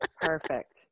Perfect